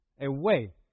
away